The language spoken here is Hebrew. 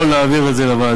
או להעביר את זה לוועדה,